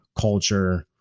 culture